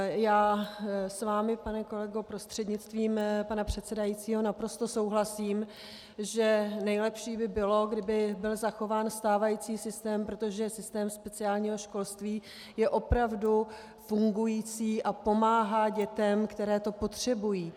Já s vámi, pane kolego prostřednictvím pana předsedajícího, naprosto souhlasím, že nejlepší by bylo, kdyby byl zachován stávající systém, protože systém speciálního školství je opravdu fungující a pomáhá dětem, které to potřebují.